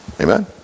Amen